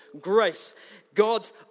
grace—God's